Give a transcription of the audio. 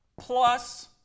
plus